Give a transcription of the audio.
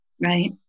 right